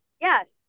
Yes